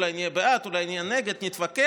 אולי נהיה בעד, אולי נהיה נגד, נתווכח.